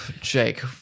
Jake